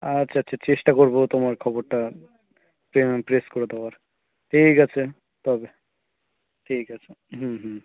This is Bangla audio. আচ্ছা আচ্ছা চেষ্টা করবো তোমার খবরটা প্রেস করে দেওয়ার ঠিক আছে তবে ঠিক আছে হুম হুম